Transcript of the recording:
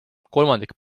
kolmandik